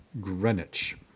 Greenwich